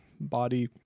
body